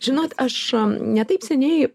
žinot aš ne taip seniai